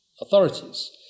authorities